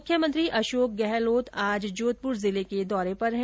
मुख्यमंत्री अशोक गहलोत आज जोधपुर जिले के दौरे पर है